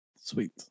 Sweet